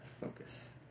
focus